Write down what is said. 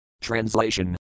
Translation